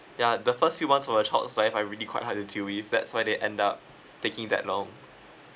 ya the first few months of your child <UNK. are really quite harder to live that's why they end up taking that long